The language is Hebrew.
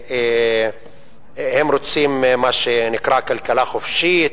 שהם רוצים מה שנקרא כלכלה חופשית,